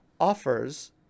offers